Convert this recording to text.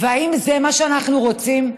האם זה מה שאנחנו רוצים,